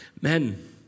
men